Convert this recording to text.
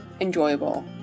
enjoyable